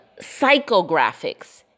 psychographics